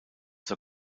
zur